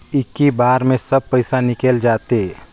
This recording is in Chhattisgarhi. इक्की बार मे सब पइसा निकल जाते?